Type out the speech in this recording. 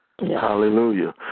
Hallelujah